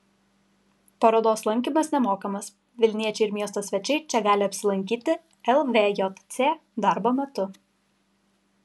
parodos lankymas nemokamas vilniečiai ir miesto svečiai čia gali apsilankyti lvjc darbo metu